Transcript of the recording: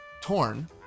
torn